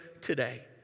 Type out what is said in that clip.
today